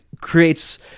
creates